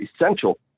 essential